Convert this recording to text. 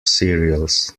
cereals